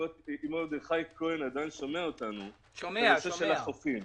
את נושא החופים.